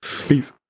Peace